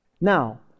Now